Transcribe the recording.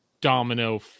domino